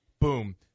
Boom